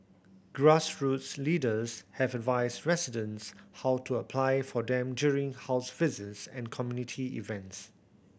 grassroots leaders have advised residents how to apply for them during house visits and community events